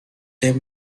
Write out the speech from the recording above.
him